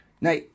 Now